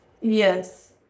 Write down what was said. Yes